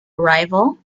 arrival